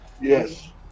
Yes